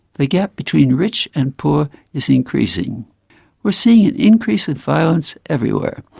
the gap between rich and poor is increasing we're seeing an increase of violence everywhere.